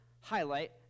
highlight